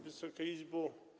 Wysoka Izbo!